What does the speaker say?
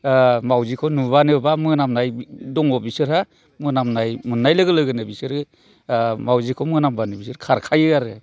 मावजिखौ नुब्लानो एबा मोनामनाय दङ बिसोरहा मोनामनाय मोननाय लोगो लोगोनो बिसोरो मावजिखौ मोनामब्लानो बिसोर खारखायो आरो